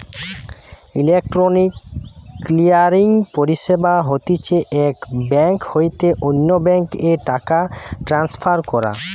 electronic clearing পরিষেবা হতিছে এক বেঙ্ক হইতে অন্য বেঙ্ক এ টাকা ট্রান্সফার করা